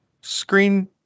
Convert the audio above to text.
screen